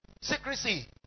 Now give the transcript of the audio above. Secrecy